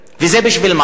וזה בשביל מה?